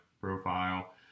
profile